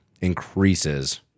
increases